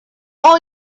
all